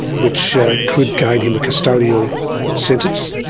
which ah could gain him a custodial sentence,